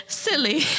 silly